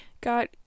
got